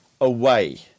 away